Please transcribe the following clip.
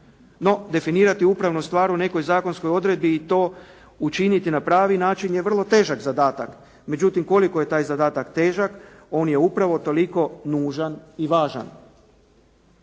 No, definirati upravnu stvar u nekoj zakonskoj odredbi i to učiniti na pravi način je vrlo težak zadatak. Međutim, koliko je taj zadatak težak, on je upravo toliko nužan i važan.